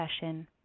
session